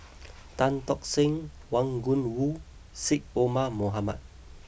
Tan Tock Seng Wang Gungwu Syed Omar Mohamed